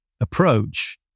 approach